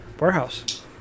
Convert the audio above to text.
warehouse